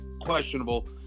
questionable